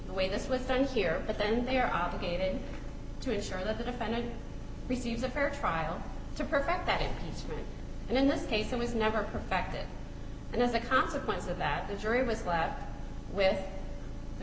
the way this was done here but then they are obligated to ensure that the defendant receives a fair trial to perfect that it is free and in this case it was never perfect it and as a consequence of that the jury was laughing with the